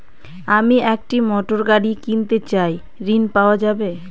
আমি একটি মোটরগাড়ি কিনতে চাই ঝণ পাওয়া যাবে?